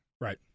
Right